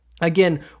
again